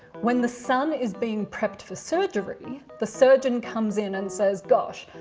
when the son is being prepped for surgery, the surgeon comes in and says, gosh,